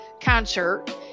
concert